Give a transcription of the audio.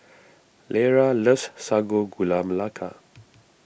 Lera loves Sago Gula Melaka